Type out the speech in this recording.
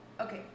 Okay